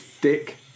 dick